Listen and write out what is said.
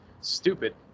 stupid